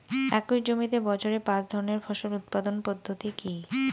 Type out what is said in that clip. একই জমিতে বছরে পাঁচ ধরনের ফসল উৎপাদন পদ্ধতি কী?